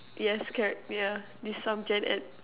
yes char~ yeah need some Gen-Ed